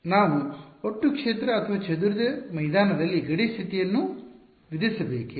ಆದ್ದರಿಂದ ನಾವು ಒಟ್ಟು ಕ್ಷೇತ್ರ ಅಥವಾ ಚದುರಿದ ಮೈದಾನದಲ್ಲಿ ಗಡಿ ಸ್ಥಿತಿಯನ್ನು ವಿಧಿಸಬೇಕೇ